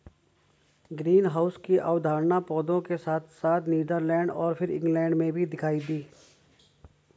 greenhouse की अवधारणा पौधों के साथ साथ नीदरलैंड और फिर इंग्लैंड में भी दिखाई दी